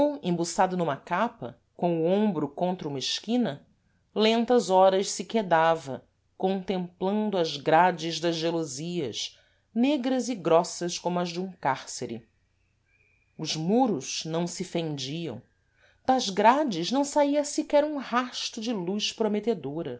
embuçado numa capa com o ombro contra uma esquina lentas horas se quedava contemplando as grades das gelosias negras e grossas como as dum cárcere os muros não se fendiam das grades não saía sequer um rasto de luz prometedora